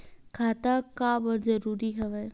खाता का बर जरूरी हवे?